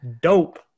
dope